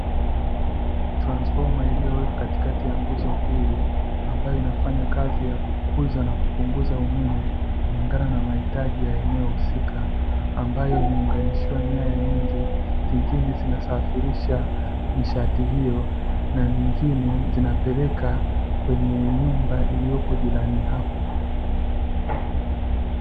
Transfoma iliyowekwa katikati ya nguzo mbili ambayo inafanya kazi ya kukuza na kupunguza umeme, kulingana na mahitaji ya eneo husika ambayo imeunganishiwa nyaya nyingi, zingine zinasafirisha nishati hiyo na nyingine zinapeleka kwenye nyumba iliyopo jirani hapo.